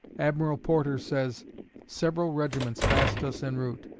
admiral porter says several regiments passed us en route,